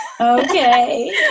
Okay